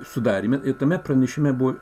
sudarymą ir tame pranešime buvo